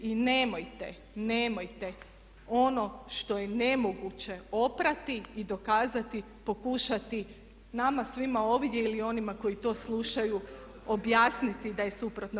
I nemojte, nemojte ono što je nemoguće oprati i dokazati pokušati nama svima ovdje ili onima koji to slušaju objasniti da je suprotno.